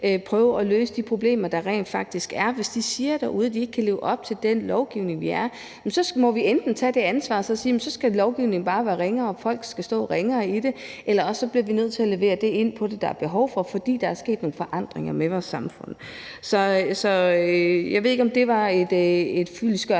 prøve at løse de problemer, der rent faktisk er. Hvis de siger derude, at de ikke kan leve op til den lovgivning, der er, må vi enten tage det ansvar på os og sige, at så skal lovgivningen bare være ringere og folk skal stå ringere, eller også bliver vi nødt til at levere det, der er behov for, fordi der er sket nogle forandringer i vores samfund. Jeg ved ikke, om det var et fyldestgørende